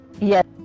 Yes